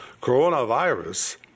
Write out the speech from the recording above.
coronavirus